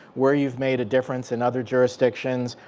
where you've made a difference in other jurisdictions.